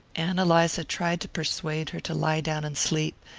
ann eliza tried to persuade her to lie down and sleep,